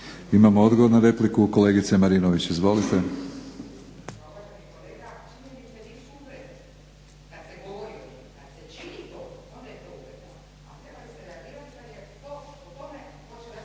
Imamo odgovor na repliku. Kolegice Marinović izvolite.